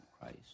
Christ